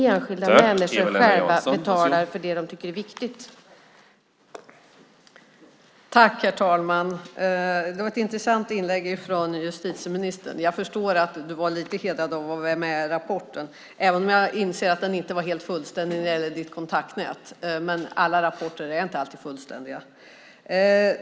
Herr talman! Det var ett intressant inlägg från justitieministern. Jag förstår att du var lite hedrad av att vara med i rapporten, även om jag inser att den inte var fullständig när det gäller ditt kontaktnät. Alla rapporter är inte alltid fullständiga.